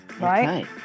Right